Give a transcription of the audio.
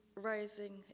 rising